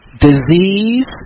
Disease